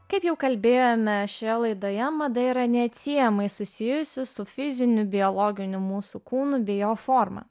kaip jau kalbėjome šioje laidoje mada yra neatsiejamai susijusi su fiziniu biologiniu mūsų kūnu bei jo forma